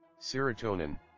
Serotonin